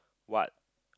what